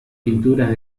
pinturas